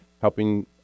helping